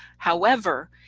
however,